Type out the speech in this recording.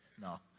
No